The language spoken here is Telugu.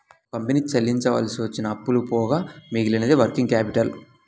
ఒక కంపెనీ చెల్లించవలసిన అప్పులు పోగా మిగిలినదే వర్కింగ్ క్యాపిటల్